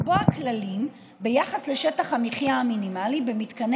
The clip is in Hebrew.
לקבוע כללים ביחס לשטח המחיה המינימלי במתקני